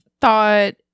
thought